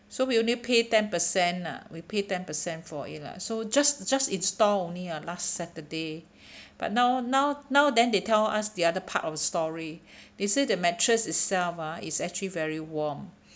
so we only pay ten percent lah we pay ten percent for it lah so just just install only ah last saturday but now now now then they tell us the other part of the story they said the mattress itself ah is actually very warm